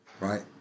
right